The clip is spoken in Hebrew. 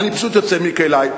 אני פשוט יוצא מכלי.